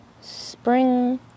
spring